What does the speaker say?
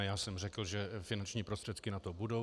Já jsem řekl, že finanční prostředky na to budou.